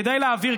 כדאי להבהיר,